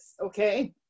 okay